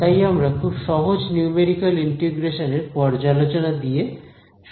তাই আমরা খুব সহজ নিউমেরিক্যাল ইন্টিগ্রেশনের পর্যালোচনা দিয়ে শুরু করব